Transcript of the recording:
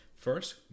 First